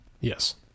Yes